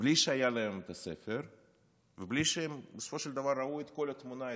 בלי שהיה להם את הספר ובלי שהם בסופו של דבר ראו את כל התמונה,